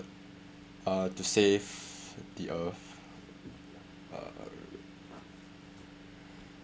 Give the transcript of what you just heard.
uh to save the earth err